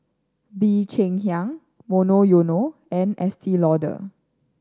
Bee Cheng Hiang Monoyono and Estee Lauder